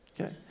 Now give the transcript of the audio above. Okay